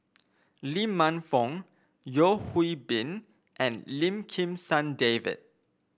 Lee Man Fong Yeo Hwee Bin and Lim Kim San David